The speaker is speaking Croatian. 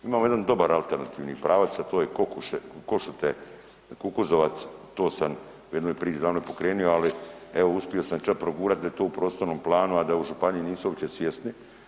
Imamo jedan dobar alternativni pravac, a to je Košute-Kukuzovac, to sam u jednoj priči davno pokrenio, ali evo uspio sam čak progurat da je to u prostornom planu, a da u županiji nisu uopće svjesni.